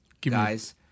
guys